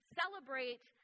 celebrate